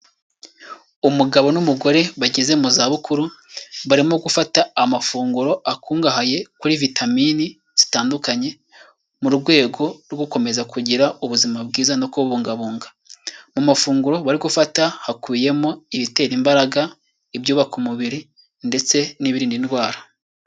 Umugabo n'umugore bageze mu za bukuru barimo gufata amafunguro akungahaye kuri vitamini zitandukanye mu rwego rwo gukomeza kugira ubuzima bwiza no kubungabunga mu mafunguro bari gufata hakubiyemo ibitera, imbaraga ibyubaka umubiri ndetse n'ibiri indwara.